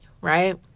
right